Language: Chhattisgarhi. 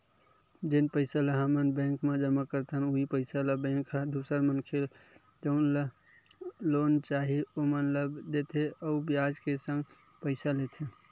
जेन पइसा ल हमन बेंक म जमा करथन उहीं पइसा ल बेंक ह दूसर मनखे जउन ल लोन चाही ओमन ला देथे अउ बियाज के संग पइसा लेथे